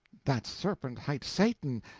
that serpent hight satan,